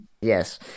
Yes